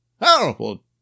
powerful